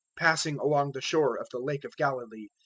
passing along the shore of the lake of galilee,